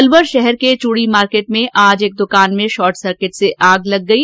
अलवर शहर के चूड़ी मार्केट स्थित एक दुकान में शार्ट सर्किट से आग लग गई